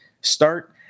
start